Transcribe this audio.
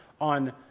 on